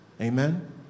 Amen